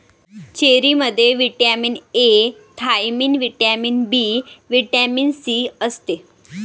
चेरीमध्ये vitamin A, thiamine, vitamin B, vitamin C असते